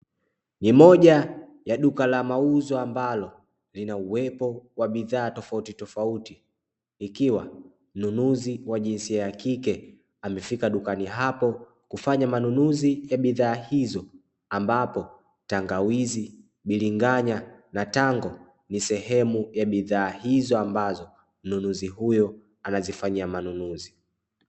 Ni moja ya duka la mauzo ambalo lina uwepo wa bidhaa tofautitofauti ikiwa mnunuzi wa jinsia ya kike amefika dukani hapo kufanya manunuzi ya bidhaa hizo ambapo tangawizi, biringanya na tango ni sehemu ya bidhaa hizo ambazo mnunuzi huyo anazifanyia manunuzi.